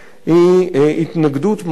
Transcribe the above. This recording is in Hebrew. היא התנגדות מאוד מאוד